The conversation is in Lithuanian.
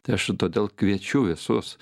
tai aš todėl kviečiu visus